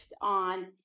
on